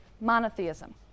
monotheism